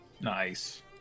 Nice